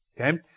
Okay